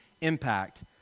impact